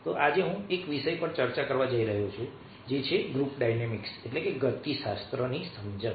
તો આજે હું એ વિષય પર ચર્ચા કરવા જઈ રહ્યો છું જે છે ગ્રૂપ ડાયનેમિક્સગતિશાસ્ત્રની સમજણ